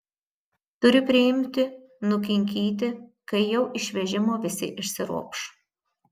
turi priimti nukinkyti kai jau iš vežimo visi išsiropš